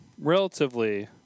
relatively